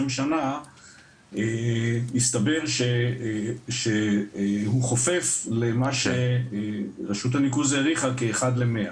שנה הסתבר שהוא חופף למה שרשות הניקוז העריכה כ-1 ל-100.